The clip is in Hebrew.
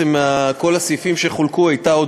לא, השני זה רק